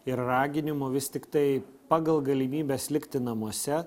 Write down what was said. ir raginimu vis tiktai pagal galimybes likti namuose